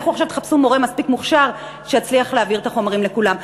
לכו עכשיו תחפשו מורה מספיק מוכשר שיצליח להעביר את החומר לכולם.